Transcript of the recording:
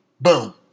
boom